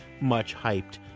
much-hyped